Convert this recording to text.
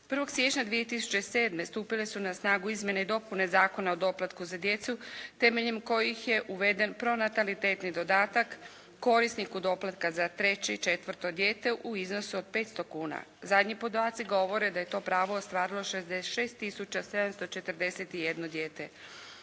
siječnja 2007. stupile su na snagu izmjene i dopune Zakona o doplatku za djecu temeljem kojih je uveden pronatalitetni dodatak korisniku doplatka za treće i četvrto dijete u iznosu od 500 kuna. Zadnji podaci govore da je to pravo ostvarilo 66 tisuća 741 dijete.